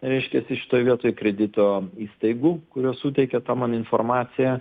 reiškiasi šitoj vietoj kredito įstaigų kurios suteikia tą man informaciją